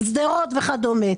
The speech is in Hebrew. שדרות וכדומה.